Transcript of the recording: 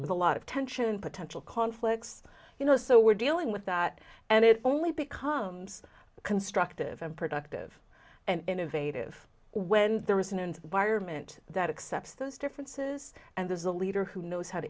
with a lot of tension potential conflicts you know so we're dealing with that and it only becomes constructive and productive and of ative when there isn't and vironment that accepts those differences and there's a leader who knows how to